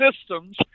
systems